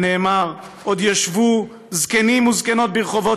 שנאמר: "עֹד ישבו זקנים וזקנות ברחֹבות